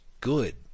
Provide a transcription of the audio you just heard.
good